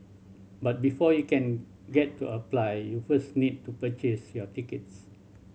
but before you can get to apply you first need to purchase your tickets